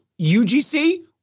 UGC